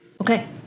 okay